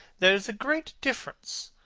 there is a great difference.